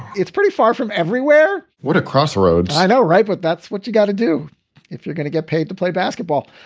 it's pretty far from everywhere. what a crossroads. i know, right? but that's what you've got to do if you're going to get paid to play basketball.